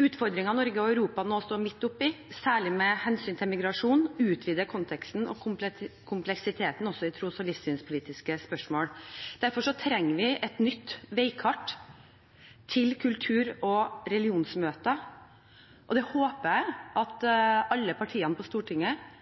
Utfordringen Norge og Europa nå står midt oppe i, særlig med hensyn til migrasjon, er å utvide konteksten og kompleksiteten også i tros- og livssynsspørsmål. Derfor trenger vi et nytt veikart for kultur- og religionsmøter. Det håper jeg alle partiene på Stortinget